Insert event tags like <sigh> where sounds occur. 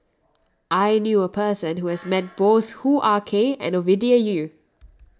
I knew a person who has met <noise> both Hoo Ah Kay and Ovidia Yu